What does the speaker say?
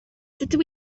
dydw